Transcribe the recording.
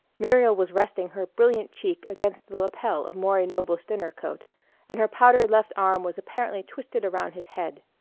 muriel was resting her brilliant cheek against the lapel of maury noble's dinner coat and her powdered left arm was apparently twisted around his head.